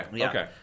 Okay